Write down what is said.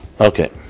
Okay